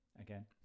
again